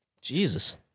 Jesus